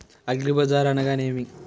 అగ్రిబజార్ అనగా నేమి?